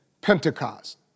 Pentecost